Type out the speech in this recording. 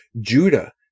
Judah